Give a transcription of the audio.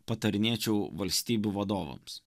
patarinėčiau valstybių vadovams